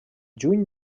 juny